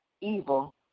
evil